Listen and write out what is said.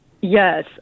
Yes